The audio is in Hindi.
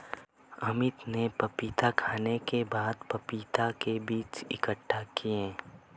अमित ने पपीता खाने के बाद पपीता के बीज इकट्ठा किए